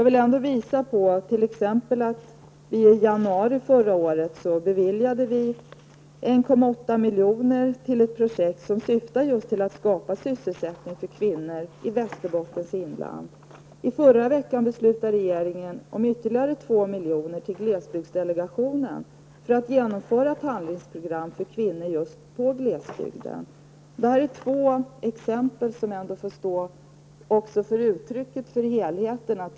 Vidare vill jag påpeka att vi i januari förra året beviljade 1,8 miljoner till ett projekt som syftade till att skapa sysselsättning för kvinnorna i De här två exemplen får stå som uttryck för vår syn på helheten.